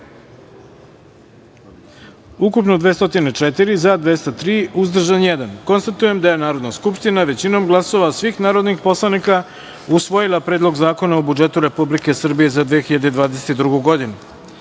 ukupno – 204, za – 203, uzdržan – jedan. Konstatujem da je Narodna skupština većinom glasova svih narodnih poslanika usvojila Predlog zakona o budžetu Republike Srbije za 2022. godinu. Sada